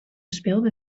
speelde